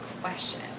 question